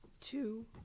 two